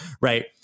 Right